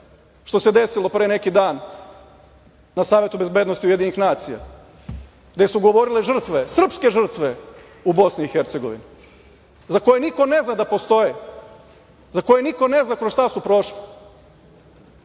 što se desilo pre neki dan na Savetu bezbednosti UN, gde su govorile žrtve, srpske žrtve u BiH za koje niko ne zna da postoje, za koje niko ne zna kroz šta su